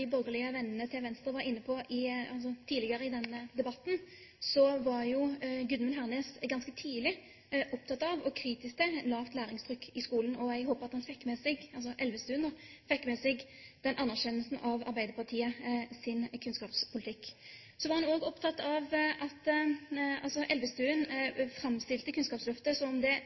borgerlige vennene til Venstre var inne på tidligere i denne debatten, var Gudmund Hernes ganske tidlig opptatt av – og kritisk til – et lavt læringstrykk i skolen. Jeg håper at Elvestuen fikk med seg den anerkjennelsen av Arbeiderpartiets kunnskapspolitikk. Elvestuen framstilte Kunnskapsløftet som om det utelukkende var Bondevik II-regjeringens verk. Det er riktig at Kunnskapsløftet ble lagt fram av Bondevik II, men det ble gjennomført av de rød-grønne. Det